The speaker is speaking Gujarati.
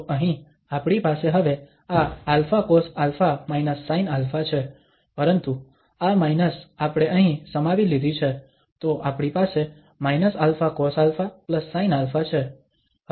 તો અહીં આપણી પાસે હવે આ αcosα−sinα છે પરંતુ આ માઇનસ આપણે અહીં સમાવી લીધી છે તો આપણી પાસે αcosαsinα છે